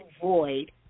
void